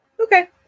Okay